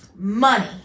Money